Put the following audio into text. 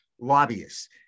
lobbyists